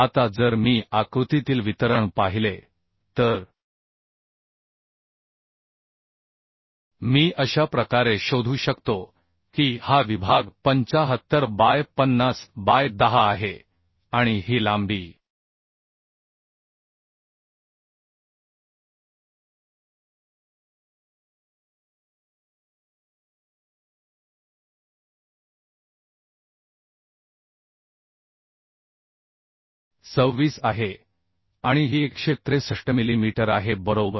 आता जर मी आकृतीतील वितरण पाहिले तर मी अशा प्रकारे शोधू शकतो की हा विभाग 75 बाय 50 बाय 10 आहे आणि ही लांबी 26 आहे आणि ही 163 मिलीमीटर आहे बरोबर